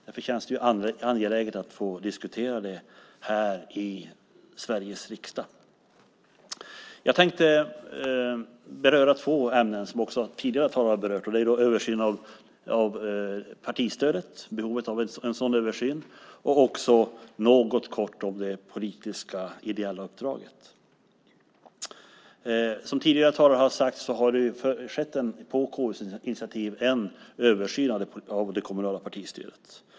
Därför känns det angeläget att få diskutera det här i Sveriges riksdag. Jag tänkte beröra två ämnen som också tidigare talare har berört, nämligen behovet av en översyn av partistödet och något kort om det politiska ideella uppdraget. Som tidigare talare har sagt har det på KU:s initiativ skett en översyn av det kommunala partistödet.